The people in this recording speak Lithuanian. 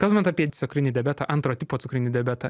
kalbant apie cukrinį diabetą antro tipo cukrinį diabetą